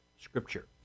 Scripture